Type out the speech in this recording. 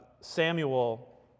Samuel